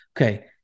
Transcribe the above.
Okay